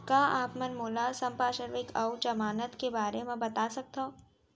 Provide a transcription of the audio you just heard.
का आप मन मोला संपार्श्र्विक अऊ जमानत के बारे म बता सकथव?